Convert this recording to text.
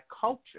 culture